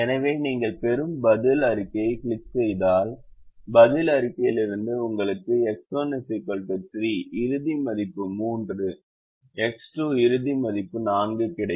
எனவே நீங்கள் பெறும் பதில் அறிக்கையை கிளிக் செய்தால் பதில் அறிக்கையிலிருந்து உங்களுக்கு X1 3 இறுதி மதிப்பு 3 X2 இறுதி மதிப்பு 4 கிடைக்கும்